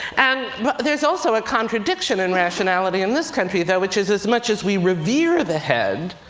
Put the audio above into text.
and but there's also a contradiction in rationality in this country though, which is, as much as we revere the head,